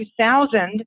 2000